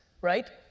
right